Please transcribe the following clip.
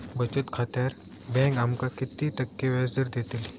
बचत खात्यार बँक आमका किती टक्के व्याजदर देतली?